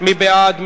מי בעד?